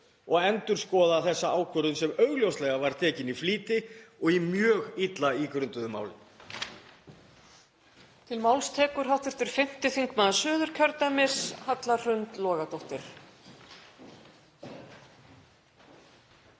og endurskoða þessa ákvörðun sem augljóslega var tekin í flýti og að mjög illa ígrunduðu máli.